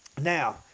Now